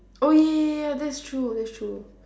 oh ya ya ya ya that's true that's true